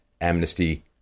amnesty